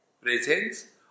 Presence